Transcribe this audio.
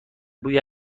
بوی